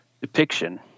depiction